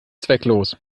zwecklos